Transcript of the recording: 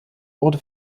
wurde